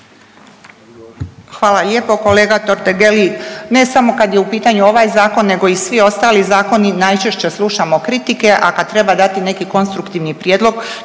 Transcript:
Hvala lijepo kolega Totgergeli. Ne samo kad je u pitanju ovaj Zakon nego i svi ostali zakoni, najčešće slušamo kritike, a kad treba dati neki konstruktivni prijedlog,